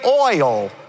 oil